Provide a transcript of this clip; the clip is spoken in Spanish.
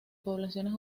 poblaciones